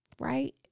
right